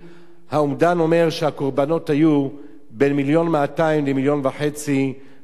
האומדן אומר שהקורבנות היו בין 1.2 מיליון ל-1.5 מיליון גברים,